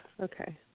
okay